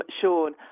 Sean